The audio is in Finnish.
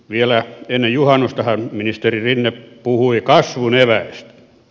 vielä ennen juhannustahan ministeri rinne puhui kasvun eväistä